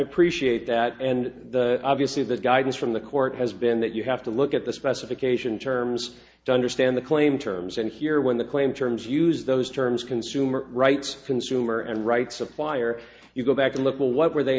shared that and obviously the guidance from the court has been that you have to look at the specification terms to understand the claim terms and here when the claim terms use those terms consumer rights consumer and right supplier you go back a little what were they